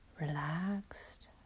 relaxed